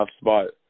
spot